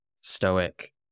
stoic